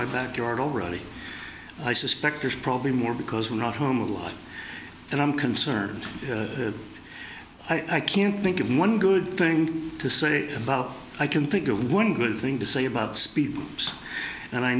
my backyard already i suspect there's probably more because we're not home a lot and i'm concerned i can't think of one good thing to say about i can think of one good thing to say about speed